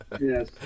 Yes